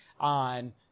on